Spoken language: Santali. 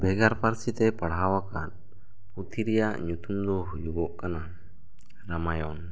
ᱵᱷᱮᱜᱟᱨ ᱯᱟᱹᱨᱥᱤ ᱛᱮ ᱯᱟᱲᱦᱟᱣ ᱟᱠᱟᱱ ᱯᱩᱛᱷᱤ ᱨᱮᱭᱟᱜ ᱧᱩᱛᱩᱢ ᱫᱚ ᱦᱩᱭᱩᱜᱚᱜ ᱠᱟᱱᱟ ᱨᱟᱢᱟᱭᱚᱱ